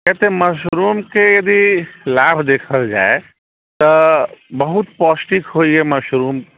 कियातऽ मशरूमके यदि लाभ देखल जाइ तऽ बहुत पौष्टिक होइए मशरूम